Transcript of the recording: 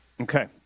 Okay